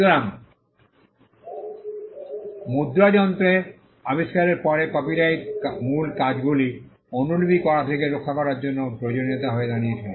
সুতরাং মুদ্রণযন্ত্রের আবিষ্কারের পরে কপিরাইট মূল কাজগুলি অনুলিপি করা থেকে রক্ষা করার জন্য প্রয়োজনীয়তা হয়ে দাঁড়িয়েছিল